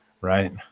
right